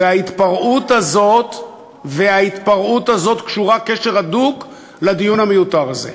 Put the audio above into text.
ההתפרעות הזאת קשורה קשר הדוק לדיון המיותר הזה.